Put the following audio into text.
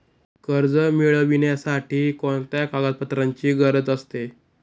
कर्ज मिळविण्यासाठी कोणत्या कागदपत्रांची गरज असते?